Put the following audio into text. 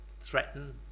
threaten